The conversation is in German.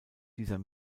dieser